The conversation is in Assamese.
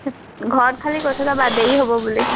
ঘৰত খালি কৈছোঁ যে আমাৰ দেৰি হ'ব বুলি